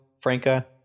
Franca